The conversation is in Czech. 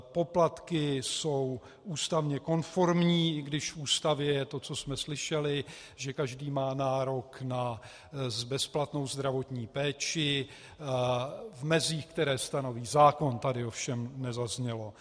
Poplatky jsou stavně konformní, i když v Ústavě je to, co jsme slyšeli, že každý má nárok na bezplatnou zdravotní péči v mezích, které stanoví zákon, tady ovšem nezaznělo.